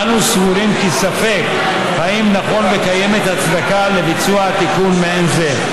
אנו סבורים כי ספק אם נכון וקיימת הצדקה לביצוע תיקון מעין זה,